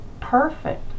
perfect